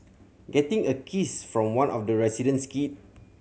getting a kiss from one of the resident's kid